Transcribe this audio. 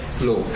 law